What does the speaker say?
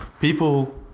people